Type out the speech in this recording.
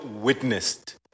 witnessed